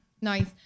Nice